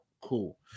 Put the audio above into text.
Cool